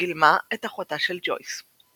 וגילמה את אחותה של ג'ויס.